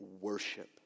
worship